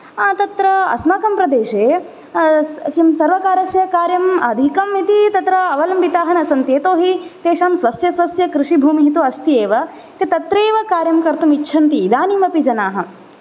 तत्र अस्माकं प्रदेशे किं सर्वकारस्य कार्यम् अधिकं इति तत्र अवलम्बिताः न सन्ति यतोऽहि तेषां स्वस्य स्वस्य कृषिभूमिः तु अस्ति एव ते तत्रैव कार्यं कर्तुम् इच्छन्ति इदानीम् अपि जनाः